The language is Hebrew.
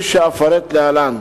שאפרט להלן.